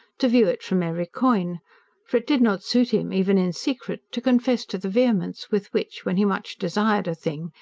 to view it from every coign for it did not suit him, even in secret, to confess to the vehemence with which, when he much desired a thing,